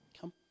Come